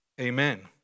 Amen